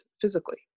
physically